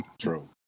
true